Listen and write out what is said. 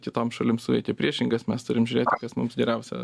kitoms šalims suveikė priešingas mes turim žiūrėti kas mums geriausia